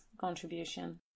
contribution